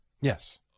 Yes